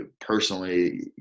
personally